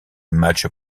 matchs